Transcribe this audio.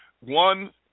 one